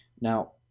Now